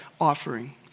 offering